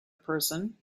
person